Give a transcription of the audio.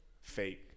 fake